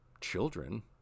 children